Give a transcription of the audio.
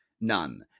None